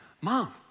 Mom